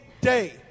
day